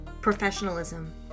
professionalism